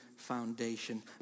Foundation